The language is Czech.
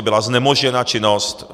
Byla znemožněna činnost.